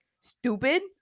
stupid